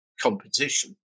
competition